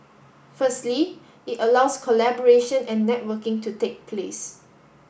firstly it allows collaboration and networking to take place